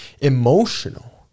emotional